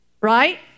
Right